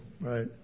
right